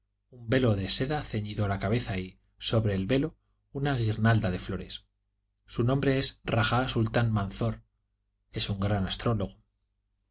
un velo de seda ceñido a la cabeza y sobre el velo una guirnalda de flores su nombre es raja sultán manzor es un gran astrólogo